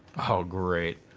oh great.